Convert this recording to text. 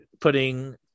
putting